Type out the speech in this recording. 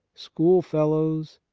schoolfellows,